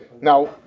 Now